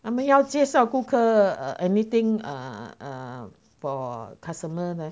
他们要介绍顾客 err anything err err for customer 的